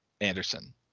Anderson